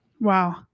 Wow